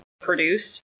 produced